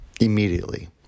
immediately